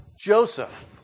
Joseph